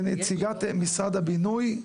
לנציגת משרד הבינוי,